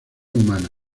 humana